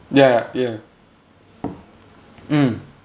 ya ya ya mm